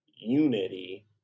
unity